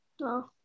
No